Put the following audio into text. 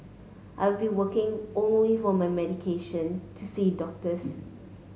I'd be working only for my medication to see doctors